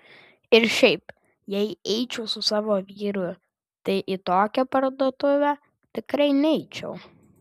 ir šiaip jei eičiau su savo vyru tai į tokią parduotuvę tikrai neičiau